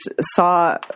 saw